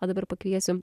o dabar pakviesim